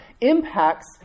impacts